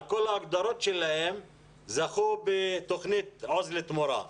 על כל ההגדרות שלהם, זכו בתוכנית 'עוז לתמורה'.